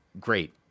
great